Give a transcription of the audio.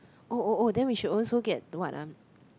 oh oh oh then we should also get the what ah